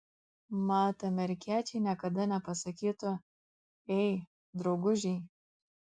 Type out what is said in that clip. mat amerikiečiai niekada nepasakytų ei draugužiai